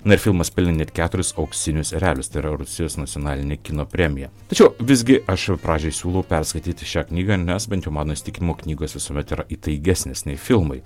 na ir filmas pelnė net keturis auksinius erelius tai yra rusijos nacionalinė kino premija tačiau visgi aš ir pradžioj siūlau perskaityti šią knygą nes bent jau mano įsitinimu knygos visuomet yra įtaigesnės nei filmai